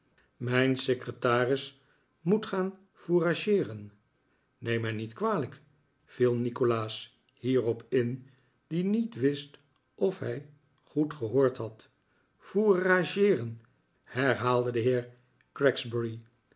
mijn secretaris moet gaan fourageeren neem mij niet kwalijk viel nikolaas hierop in die niet wist of hij goed gehoord had fourageeren herhaalde de heer